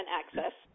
access